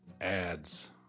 Ads